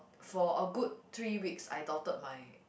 for a good three weeks I doubted my